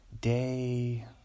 day